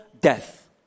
death